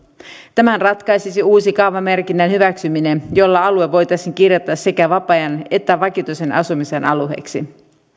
tämän ratkaisisi uuden kaavamerkinnän hyväksyminen jolla alue voitaisiin kirjata sekä vapaa ajan että vakituisen asumisen alueeksi